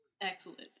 Excellent